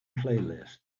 playlist